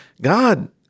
God